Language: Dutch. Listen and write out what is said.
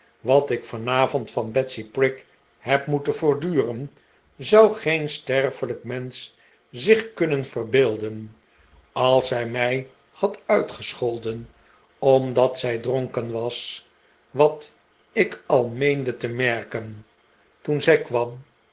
wat ik vanavond van betsy prig heb moeten verduren zou geen sterfelijk m'ensch zich kunnen verbeelden als zij mij had uitgescholden omdat zij dronken was wat ik al meende te merken toen zij kwam